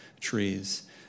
trees